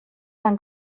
d’un